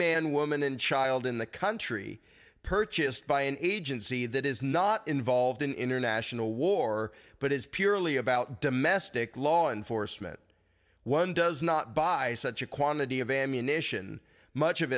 man woman and child in the country purchased by an agency that is not involved in international war but is purely about domestic law enforcement one does not buy such a quantity